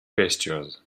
pastures